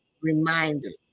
reminders